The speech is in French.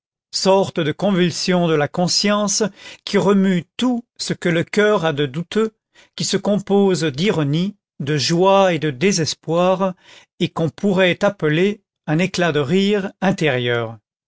sorte de convulsion de la conscience qui remue tout ce que le coeur a de douteux qui se compose d'ironie de joie et de désespoir et qu'on pourrait appeler un éclat de rire intérieur